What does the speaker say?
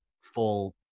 full